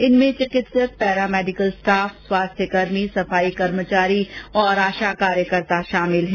इनमें चिकित्सक paramedical staff स्वास्थ्यकर्मी सफाई कर्मचारी और आशा कार्यकर्ता शामिल है